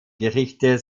gerichte